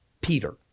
Peter